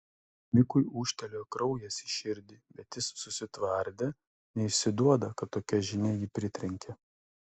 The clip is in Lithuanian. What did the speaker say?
mikui ūžtelėjo kraujas į širdį bet jis susitvardė neišsiduoda kad tokia žinia jį pritrenkė